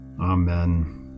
Amen